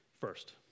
First